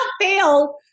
fail